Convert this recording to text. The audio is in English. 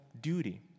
duty